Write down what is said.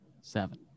seven